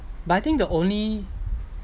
but I think the only